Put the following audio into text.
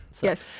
yes